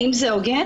האם זה הוגן?